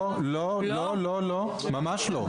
לא, לא, ממש לא.